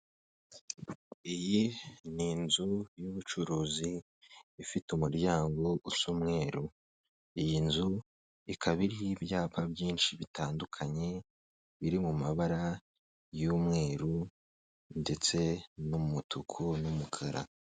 Iyi ni inzu y'ubucuruzi ifite umuryango usa umweru, iyi nzu ikaba iriho ibyapa byinshi bitandukanye biri mu mabara y'umweru ndetse n'umutuku n'umukara.